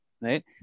right